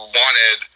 wanted